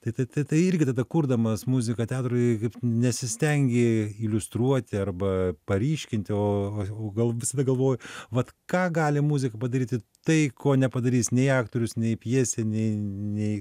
tai tai tai irgi tada kurdamas muziką teatrui kaip nesistengi iliustruoti arba paryškinti o gal visada galvoju vat ką gali muzika padaryti tai ko nepadarys nei aktorius nei pjesė nei